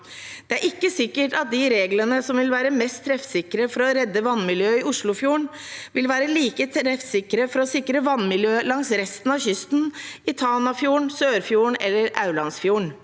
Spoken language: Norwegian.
Det er ikke sikkert at de reglene som vil være mest treffsikre for å redde vannmiljøet i Oslofjorden, vil være like treffsikre for å sikre vannmiljøet langs resten av kysten, i Tanafjorden, Sørfjorden eller Aurlandsfjorden.